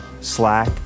Slack